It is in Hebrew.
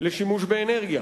לשימוש באנרגיה.